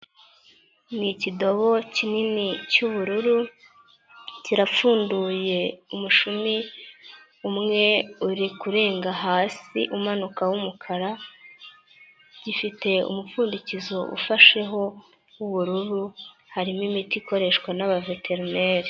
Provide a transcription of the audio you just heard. ni ikidobo kinini cy'ubururu kirapfunduye umushumi umwe uri kurenga hasi umanuka w'umukara. gifite umupfundikizo ufasheho w'ubururu, harimo imiti ikoreshwa n'abaveterimeri.